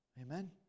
Amen